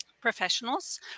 professionals